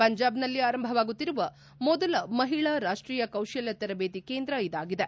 ಪಂಜಾಬ್ನಲ್ಲಿ ಆರಂಭವಾಗುತ್ತಿರುವ ಮೊದಲ ಮಹಿಳಾ ರಾಷ್ಟೀಯ ಕೌಶಲ ತರಬೇತಿ ಕೇಂದ್ರ ಇದಾಗಿದೆ